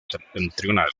septentrional